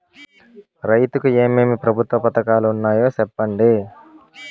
రైతుకు ఏమేమి ప్రభుత్వ పథకాలు ఉన్నాయో సెప్పండి?